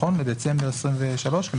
דצמבר 2023. הם